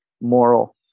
moral